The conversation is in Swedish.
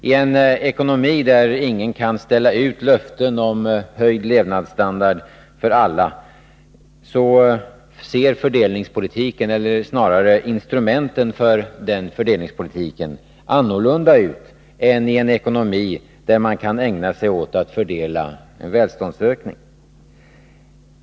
I en ekonomi där ingen kan ställa ut löften om en höjd levnadsstandard för alla ser fördelningspolitiken — eller snarare instrumenten för den fördelningspolitiken — annorlunda ut än i en ekonomi där man kan ägna sig åt att fördela en välståndsökning.